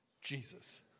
Jesus